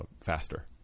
faster